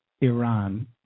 Iran